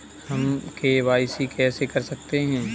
हम के.वाई.सी कैसे कर सकते हैं?